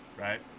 right